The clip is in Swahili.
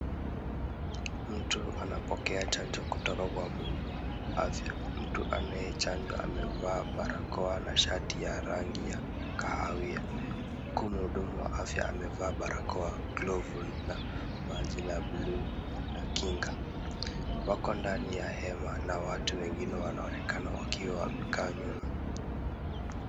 Mtu anapokea chanjo kutoka kwa mhudumu wa afya ,mtu anayechanjwa amevaa barakoa na shati ya rangi ya kahawia ,huku mhudumu wa afya amevaa barakoa ,glovu na vazi la bluu la kinga ,wako ndani ya hema na watu wengine wakiwa wamekaa nyuma.